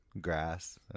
grass